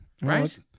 Right